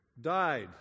died